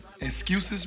Excuses